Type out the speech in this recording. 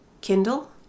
Kindle